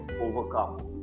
overcome